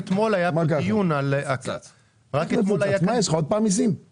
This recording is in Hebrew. אתמול העברנו עודפים משנה קודמת לקרן להלוואות